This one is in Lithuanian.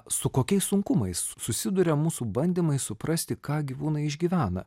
su kokiais sunkumais susiduria mūsų bandymai suprasti ką gyvūnai išgyvena